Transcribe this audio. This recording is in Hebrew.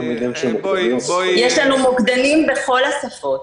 יש לנו מוקדנים בכל השפות.